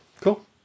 Cool